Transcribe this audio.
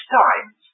times